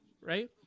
right